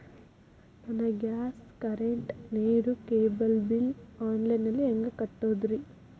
ನನ್ನ gas, current, ನೇರು, cable bill online ನಲ್ಲಿ ಹೆಂಗ್ ಕಟ್ಟೋದ್ರಿ?